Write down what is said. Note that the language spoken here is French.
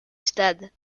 stade